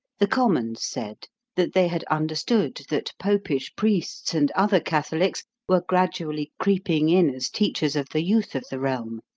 the commons said that they had understood that popish priests, and other catholics, were gradually creeping in as teachers of the youth of the realm,